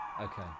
Okay